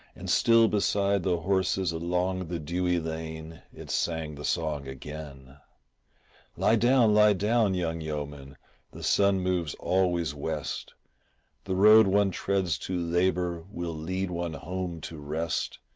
and still beside the horses along the dewy lane it sang the song again lie down, lie down, young yeoman the sun moves always west the road one treads to labour will lead one home to rest,